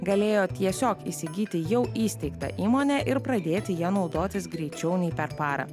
galėjo tiesiog įsigyti jau įsteigtą įmonę ir pradėti ja naudotis greičiau nei per parą